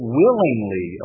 willingly